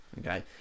okay